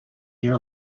your